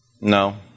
No